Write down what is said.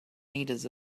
meters